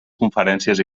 conferències